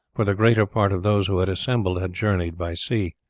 for the greater part of those who had assembled had journeyed by sea.